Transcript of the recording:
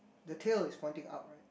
the tail is pointing up right